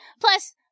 Plus